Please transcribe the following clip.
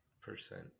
percent